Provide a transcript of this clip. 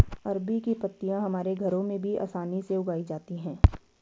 अरबी की पत्तियां हमारे घरों में भी आसानी से उगाई जाती हैं